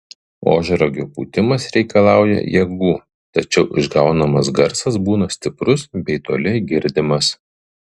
ožragio pūtimas reikalauja jėgų tačiau išgaunamas garsas būna stiprus bei toli girdimas